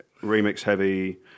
remix-heavy